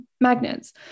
magnets